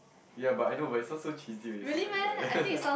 ya but I know but it sound so cheesy when you say it like that like